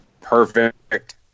Perfect